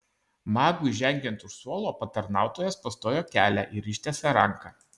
magui žengiant už suolo patarnautojas pastojo kelią ir ištiesė ranką